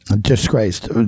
disgraced